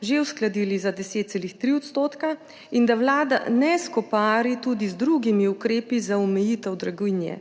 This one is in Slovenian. že uskladili za 10,3 % in da Vlada ne skopari tudi z drugimi ukrepi za omejitev draginje.